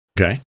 Okay